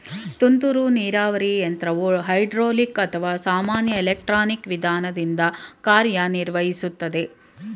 ತುಂತುರು ನೀರಾವರಿ ಯಂತ್ರವು ಹೈಡ್ರೋಲಿಕ್ ಅಥವಾ ಸಾಮಾನ್ಯ ಎಲೆಕ್ಟ್ರಾನಿಕ್ ವಿಧಾನದಿಂದ ಕಾರ್ಯನಿರ್ವಹಿಸುತ್ತದೆ